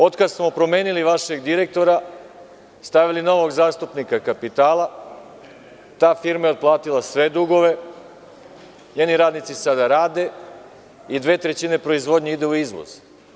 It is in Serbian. Otkad smo promenili vašeg direktora, stavili nogo zastupnika kapitala, ta firma je otplatila sve dugove, njeni radnici sada rade i 2/3 proizvodnje ide u izvoz.